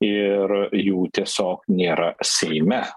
ir jų tiesiog nėra seime